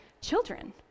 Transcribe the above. children